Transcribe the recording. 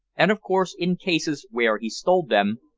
and of course in cases where he stole them,